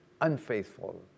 unfaithful